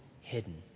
hidden